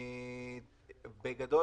בגדול,